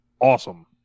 awesome